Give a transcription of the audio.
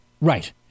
Right